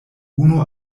unu